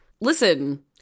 listen